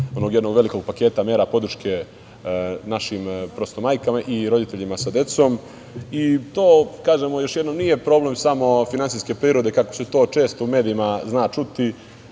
onog jednog velikog paketa mera podrške našim majkama i roditeljima sa decom. To, kažem još jednom, nije problem samo finansijske prirode, kao se često u medijima zna čuti.